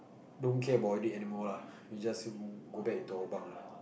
don't care about it anymore lah we just go back to our bunk lah